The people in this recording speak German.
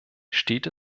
steht